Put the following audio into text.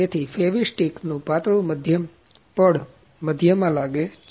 તેથી ફેવીસ્ટીક નું પાતળું પડ મધ્યમાં લાગે છે